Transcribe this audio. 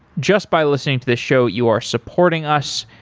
just by listening to the show you are supporting us.